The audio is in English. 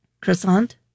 Croissant